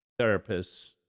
therapists